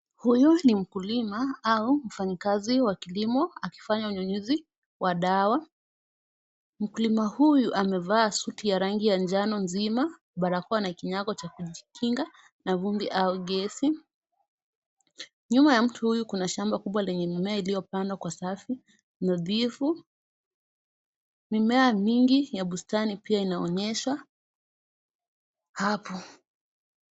Huyu ni mkulima au mfanyi kazi wa kilimo, akifanya unyunyizi wa dawa. Mkulima huyu amevaa sauti ya rangi ya njano nzima ,barakoa na kinyago cha kujikinga na vumbi au gesi. Nyuma ya mtu huyo kuna shamba kubwa lenye mimea uliopandwa kwa safu natifu. Mimea mingi ya bustani pia inaonyeshwa hapo.